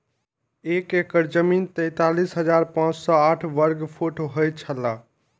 एक एकड़ जमीन तैंतालीस हजार पांच सौ साठ वर्ग फुट होय छला